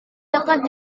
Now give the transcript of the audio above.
dekat